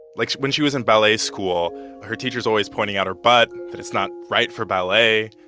like, when she was in ballet school, her teacher's always pointing out her butt, that it's not right for ballet.